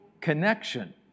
connection